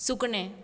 सुकणें